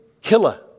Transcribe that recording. killer